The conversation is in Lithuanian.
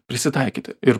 prisitaikyti ir